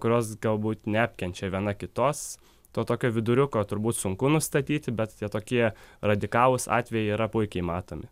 kurios galbūt neapkenčia viena kitos to tokio viduriuko turbūt sunku nustatyti bet tie tokie radikalūs atvejai yra puikiai matomi